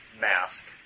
mask